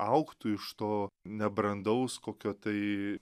augtų iš to nebrandaus kokio tai